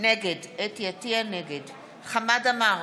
נגד חמד עמאר,